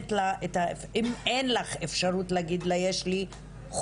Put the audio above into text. או אם אין לך אפשרות להציע לה חוקרת